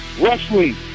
Wrestling